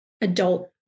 adult